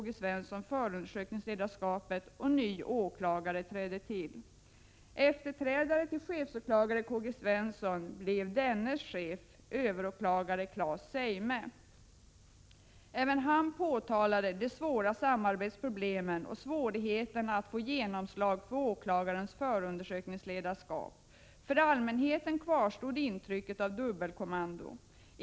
G. Svensson förundersökningsledarskapet, och ny åklagare trädde till. Efterträdare till chefsåklagare K. G. Svensson blev dennes chef överåklagare Claes Zeime. Även han påtalade de svåra samarbetsproblemen och svårigheterna att få genomslag för åklagarens förundersökningsledarskap. För allmänheten kvarstod intrycket av dubbelkommando.